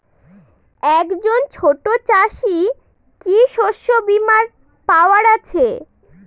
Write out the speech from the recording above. একজন ছোট চাষি কি শস্যবিমার পাওয়ার আছে?